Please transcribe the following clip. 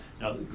Now